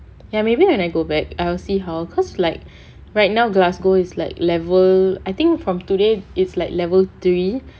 ya maybe when I go back I'll see how because like right now glasgow is like level I think from today it's like level three